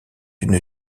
une